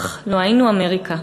אח, לו היינו אמריקה.